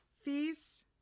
fees